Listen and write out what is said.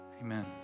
Amen